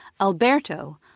Alberto